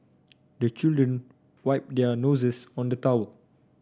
the children wipe their noses on the towel